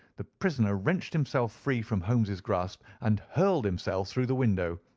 the prisoner wrenched himself free from holmes's grasp, and hurled himself through the window.